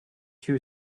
two